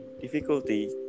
difficulty